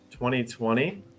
2020